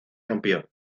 rompió